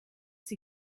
sie